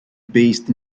based